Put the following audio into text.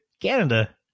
Canada